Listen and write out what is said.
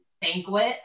banquet